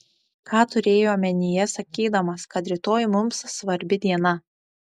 ką turėjai omenyje sakydamas kad rytoj mums svarbi diena